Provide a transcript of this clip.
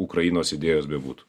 ukrainos idėjos bebūtų